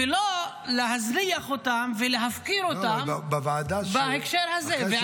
ולא להזניח אותם ולהפקיר אותם בהקשר הזה.